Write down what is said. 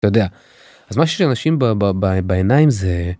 אתה יודע. אז מה שיש לאנשים בעיניים זה.